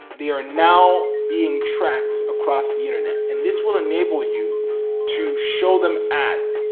they are now being tracked across the internet, and this will enable you to show them ads,